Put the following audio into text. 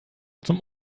zum